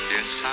Yes